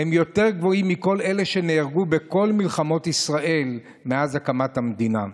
יותר גבוהים מכל אלה שנהרגו בכל מלחמות ישראל מאז הקמת המדינה.